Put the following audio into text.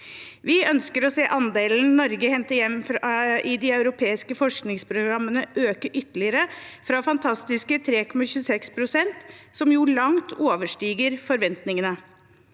Vi ønsker å se andelen Norge henter hjem i de europeiske forskningsprogrammene, øke ytterligere, fra fantastiske 3,26 pst., som langt overstiger forventningene.